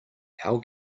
how